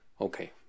okay